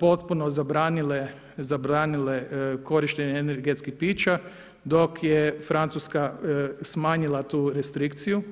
potpuno zabranile korištenje energetskih pića dok je Francuska smanjila tu restrikciju.